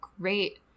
great